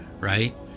right